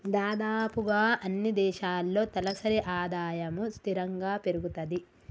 దాదాపుగా అన్నీ దేశాల్లో తలసరి ఆదాయము స్థిరంగా పెరుగుతది